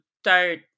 start